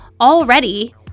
already